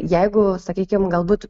jeigu sakykim galbūt